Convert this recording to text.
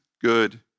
good